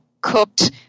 cooked